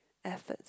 efforts